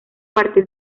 partir